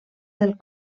del